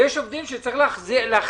ויש עובדים שצריך לקבל